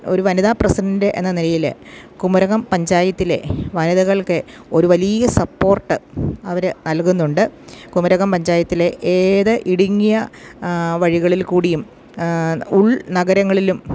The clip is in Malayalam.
ഒരു വനിത പ്രസിഡൻ്റ് എന്ന നിലയിൽ കുമരകം പഞ്ചായത്തിലെ വനിതകൾക്ക് ഒരു വലിയ സപ്പോർട്ട് അവർ നൽകുന്നുണ്ട് കുമരകം പഞ്ചായത്തിലെ ഏത് ഇടുങ്ങിയ വഴികളിൽ കൂടിയും ഉൾനഗരങ്ങളിലും